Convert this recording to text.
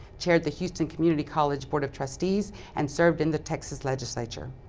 chaired the houston community college board of trustees and served in the texas legislature.